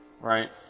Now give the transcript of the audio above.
Right